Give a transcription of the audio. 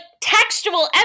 textual